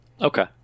okay